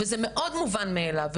וזה מאוד מובן מאליו,